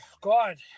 God